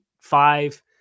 five